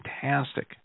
Fantastic